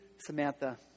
Samantha